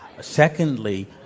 Secondly